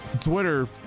Twitter